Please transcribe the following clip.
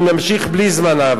אני ממשיך בלי זמן.